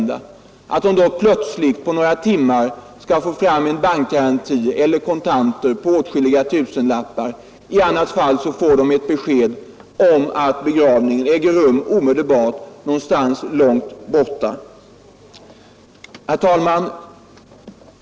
De anhöriga skall då plötsligt på några timmar få fram en bankgaranti eller åtskilliga tusen i kontanter — i annat fall får de ett besked om att begravningen äger rum omedelbart någonstans långt borta. Herr talman!